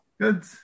Good